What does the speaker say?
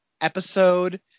episode